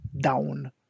down